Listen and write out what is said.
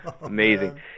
amazing